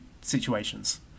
situations